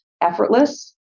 effortless